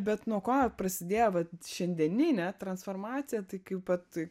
bet nuo ko prasidėjo vat šiandieninė transformacija tai kaip vat